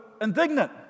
indignant